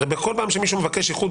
הרי בכל פעם שמישהו מבקש איחוד,